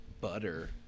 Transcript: butter